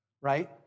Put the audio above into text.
right